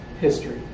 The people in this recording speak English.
history